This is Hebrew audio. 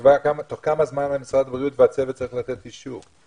תקבע תוך כמה זמן משרד הבריאות והצוות צריך לתת אישור.